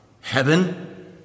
heaven